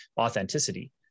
authenticity